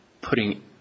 putting